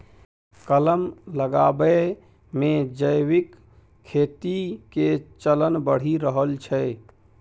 कलम लगाबै मे जैविक खेती के चलन बढ़ि रहल छै